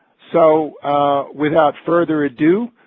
so without further ado,